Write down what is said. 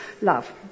love